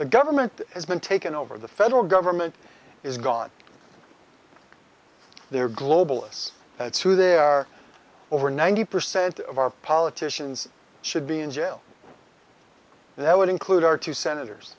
the government has been taken over the federal government is gone they're globalists that's who they are over ninety percent of our politicians should be in jail and that would include our two senators